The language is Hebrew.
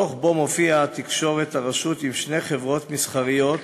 דוח שבו מופיעה התקשרות הרשות עם שתי חברות מסחריות.